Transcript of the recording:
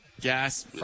Gas